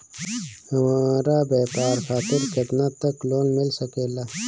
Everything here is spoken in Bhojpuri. हमरा व्यापार खातिर केतना तक लोन मिल सकेला?